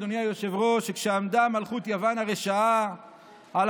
אדוני היושב-ראש: "כשעמדה מלכות יוון הרשעה על